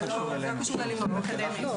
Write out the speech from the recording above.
זה לא קשור ללימודים האקדמיים.